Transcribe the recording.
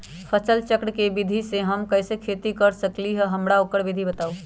फसल चक्र के विधि से हम कैसे खेती कर सकलि ह हमरा ओकर विधि बताउ?